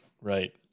Right